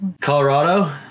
Colorado